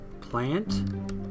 Plant